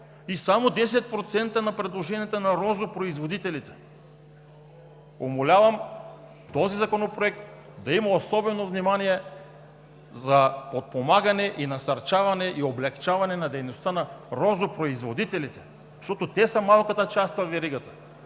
и само 10% предложения на розопроизводители! Умолявам този законопроект да има особено внимание към подпомагане, насърчаване и облекчаване на дейността на розопроизводителите, защото те са малката част във веригата.